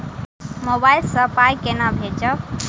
Mobile सँ पाई केना भेजब?